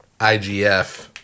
igf